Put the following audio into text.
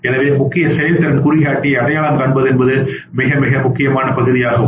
எனவே முக்கிய செயல்திறன் குறிகாட்டியை அடையாளம் காண்பது மிக மிக முக்கியமான பகுதியாகும்